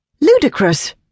Ludicrous